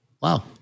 Wow